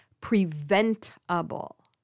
preventable